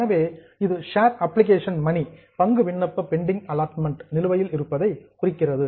எனவே இது share application money பங்கு விண்ணப்ப பணம் பெண்டிங் அல்லோட்மெண்ட் நிலுவையில் இருப்பதை குறிக்கிறது